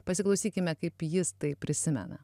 pasiklausykime kaip jis tai prisimena